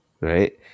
right